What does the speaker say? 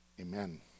Amen